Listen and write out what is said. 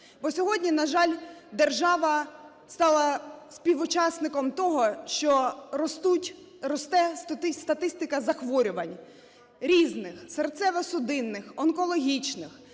Бо сьогодні, на жаль, держава стала співучасником того, що росте статистика захворювань різних: серцево-судинних, онкологічних.